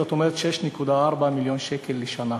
זאת אומרת 6.4 מיליון שקל לשנה.